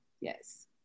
yes